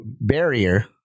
barrier